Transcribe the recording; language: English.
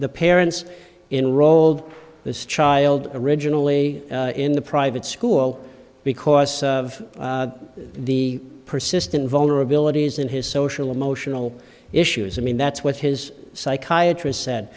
the parents in rolled this child originally in the private school because of the persistent vulnerabilities in his social emotional issues i mean that's what his psychiatrist said